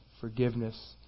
forgiveness